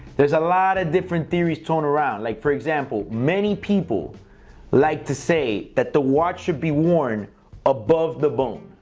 there's a lot of different theories thrown around, like for example, many people like to say that the watch should be worn above the bone.